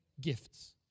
gifts